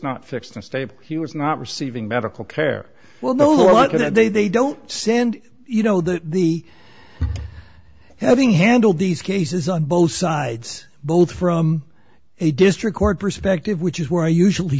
was not receiving medical care when the letter that they they don't send you know that the having handled these cases on both sides both from a district court perspective which is where i usually